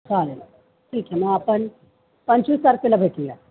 चालेल ठीक आहे मग आपण पंचवीस तारखेला भेटूया